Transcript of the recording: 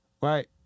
right